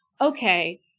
Okay